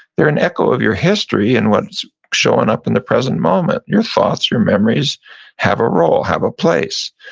they're an echo of your history and what's showing up in the present moment. your thoughts, your memories have a role, have a place,